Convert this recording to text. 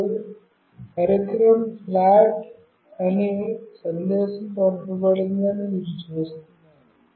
ఇప్పుడు పరికరం ఫ్లాట్ అని సందేశం పంపబడిందని మీరు చూస్తున్నారు